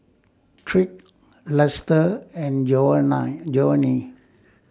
Tyrik Luster and Jovanny